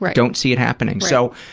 like don't see it happening. so,